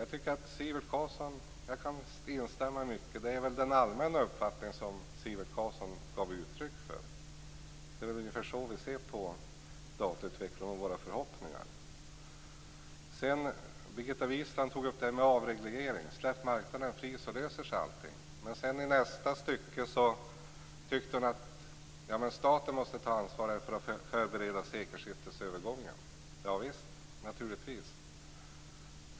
Jag kan instämma i mycket av det Sivert Carlsson sade. Det var väl den allmänna uppfattningen som han gav uttryck för. Det är ungefär så vi ser på datautvecklingen och våra förhoppningar. Birgitta Wistrand tog upp det här med avreglering: Släpp marknaden fri så löser sig allting. Men i nästa stycke tyckte hon att staten måste ta ansvar för att förbereda sekelskiftesövergången - ja visst, naturligtvis.